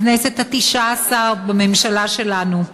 בכנסת התשע-עשרה, בממשלה שלנו.